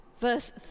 verse